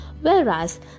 Whereas